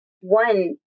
One